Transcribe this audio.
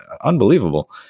Unbelievable